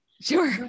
Sure